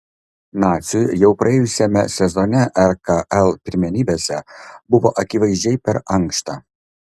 naciui jau praėjusiame sezone rkl pirmenybėse buvo akivaizdžiai per ankšta